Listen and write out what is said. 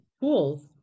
tools